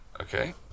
Okay